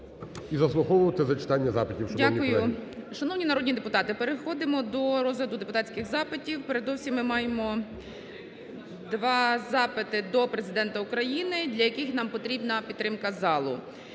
О.І. 11:05:40 ГОЛОВУЮЧИЙ. Дякую. Шановні народні депутати, переходимо до розгляду депутатських запитів. Передовсім ми маємо два запити до Президента України, для яких нам потрібна підтримка залу.